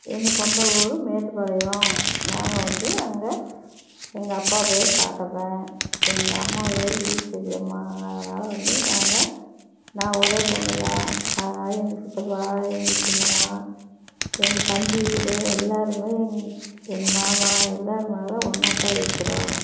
எங்கள் சொந்த ஊர் மேட்டுப்பாளையம் நாங்கள் வந்து அங்கே எங்கள் அப்பா பேர் பாத்தப்பன் எங்கள் அம்மா பேர் ஈஸ்வரி அம்மா அதனால் வந்து நாங்க நான் ஒரே பெண்ணு தான் அதனாலே எங்கள் சித்தப்பா எங்கள் சின்னம்மா எங்கள் தம்பி வீடு எல்லோருமே எங் எங்கள் மாமா எல்லாருமாகவே ஒன்றாத்தான் இருக்கிறோம்